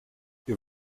ihr